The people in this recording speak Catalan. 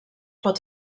pot